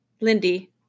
Lindy